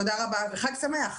תודה רבה וחג שמח.